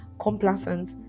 complacent